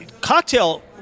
cocktail